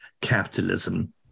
capitalism